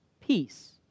peace